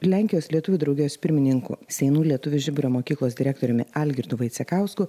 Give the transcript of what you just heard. lenkijos lietuvių draugijos pirmininku seinų lietuvių žiburio mokyklos direktoriumi algirdu vaicekausku